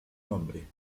nombre